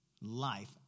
life